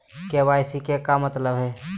KYC के का मतलब हई?